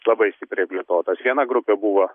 labai stipriai plėtotas viena grupė buvo